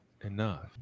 enough